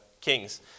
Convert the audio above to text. kings